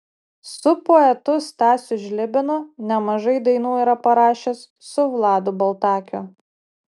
su poetu stasiu žlibinu nemažai dainų yra parašęs su vladu baltakiu